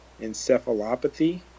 encephalopathy